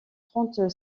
trente